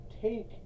take